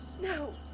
no,